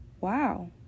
wow